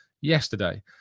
yesterday